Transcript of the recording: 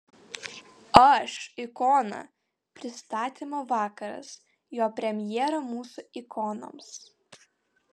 aš ikona pristatymo vakaras jo premjera mūsų ikonoms